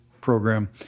program